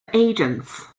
agents